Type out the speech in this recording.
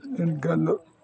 ᱢᱮᱱᱠᱷᱟᱱ ᱫᱚ